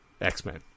X-Men